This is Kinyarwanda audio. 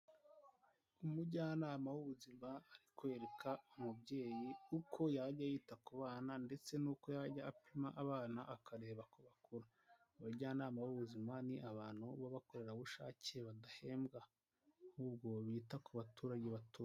Umujyanama w'ubuzima arikwereka umubyeyi uko yajya yita ku bana ndetse n'uko yajya apima abana akareba uko bakura, abajyanama b'ubuzima ni abantu b'abakorerabushake badahembwa ahubwo bita ku baturage batuye.